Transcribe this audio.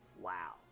Wow